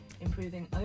improving